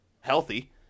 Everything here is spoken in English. healthy